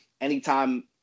anytime